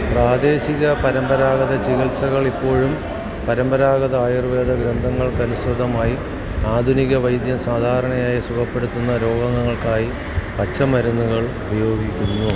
പ്രാദേശിക പരമ്പരാഗത ചികിത്സകൾ ഇപ്പോഴും പരമ്പരാഗത ആയുർവേദ ഗ്രന്ഥങ്ങൾക്ക് അനുസൃതമായി ആധുനിക വൈദ്യം സാധാരണയായി സുഖപ്പെടുത്തുന്ന രോഗങ്ങൾക്കായി പച്ചമരുന്നുകൾ ഉപയോഗിക്കുന്നു